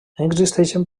existeixen